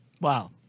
Wow